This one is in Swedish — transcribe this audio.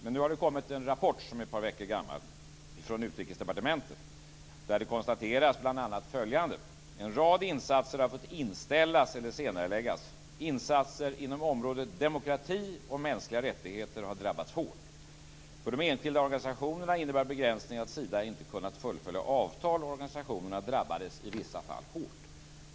Men nu har det kommit en rapport som är ett par veckor gammal från Utrikesdepartementet där bl.a. följande konstateras: En rad insatser har fått inställas eller senareläggas. Insatser inom området demokrati och mänskliga rättigheter har drabbats hårt. För de enskilda organisationerna innebär begränsningen att Sida inte kunnat fullfölja avtal, och organisationerna drabbades i vissa fall hårt.